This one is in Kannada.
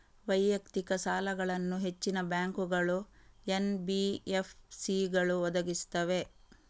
ವೈಯಕ್ತಿಕ ಸಾಲಗಳನ್ನು ಹೆಚ್ಚಿನ ಬ್ಯಾಂಕುಗಳು, ಎನ್.ಬಿ.ಎಫ್.ಸಿಗಳು ಒದಗಿಸುತ್ತವೆ